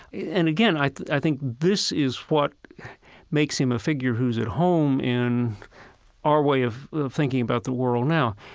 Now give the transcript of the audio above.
and again, i think this is what makes him a figure who is at home in our way of thinking about the world now.